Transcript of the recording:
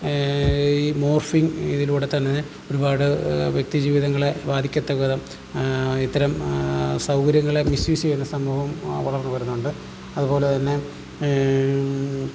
ഈ മോർഫിങ്ങ് ഇതിലൂടെ തന്നെ ഒരുപാട് വ്യക്തി ജീവിതങ്ങളെ ബാധിക്കത്തക്ക വിധം ഇത്തരം സൗകര്യങ്ങളെ മിസ്സ്യൂസ് ചെയ്യുന്ന സംഭവം വളർന്നു വരുന്നുണ്ട് അതുപോലെതന്നെ